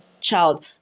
child